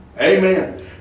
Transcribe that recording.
Amen